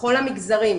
בכל המגזרים.